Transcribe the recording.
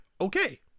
okay